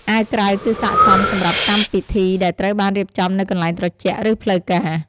អាវក្រៅគឺស័ក្តិសមសម្រាប់កម្មពិធីដែលត្រូវបានរៀបចំនៅកន្លែងត្រជាក់ ឬផ្លូវការ។